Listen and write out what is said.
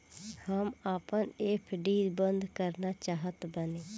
हम आपन एफ.डी बंद करना चाहत बानी